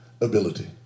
ability